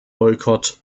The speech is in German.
boykott